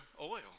oil